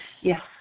Yes